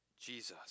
Jesus